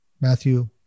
Matthew